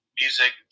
music